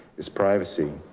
its privacy.